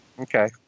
Okay